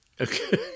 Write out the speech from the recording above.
Okay